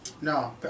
No